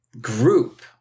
group